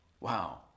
Wow